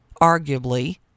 arguably